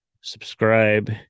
subscribe